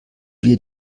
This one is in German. wir